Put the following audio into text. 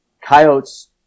Coyotes